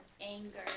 anger